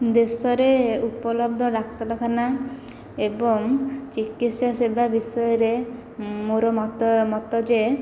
ଦେଶରେ ଉପଲବ୍ଧ ଡାକ୍ତରଖାନା ଏବଂ ଚିକିତ୍ସା ସେବା ବିଷୟରେ ମୋର ମତ ମତ ଯେ